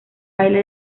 baile